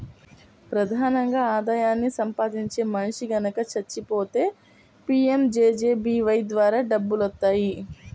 ప్రధానంగా ఆదాయాన్ని సంపాదించే మనిషి గనక చచ్చిపోతే పీయంజేజేబీవై ద్వారా డబ్బులొత్తాయి